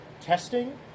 testing